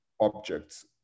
objects